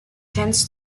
tens